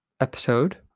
episode